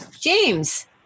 James